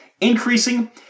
increasing